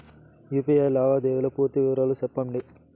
UPI లావాదేవీల పూర్తి వివరాలు సెప్పండి?